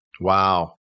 Wow